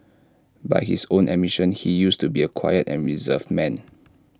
by his own admission he used to be A quiet and reserved man